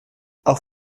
auch